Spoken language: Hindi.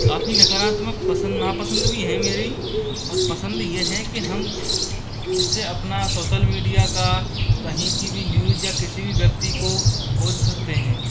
काफ़ी नकारात्मक पसंद नापसंद भी हैं मेरी और पसंद ये है कि हम इनसे अपना सोसल मीडिया का कहीं की भी न्यूज या किसी भी व्यक्ति को खोज सकते है